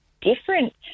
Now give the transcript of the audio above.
different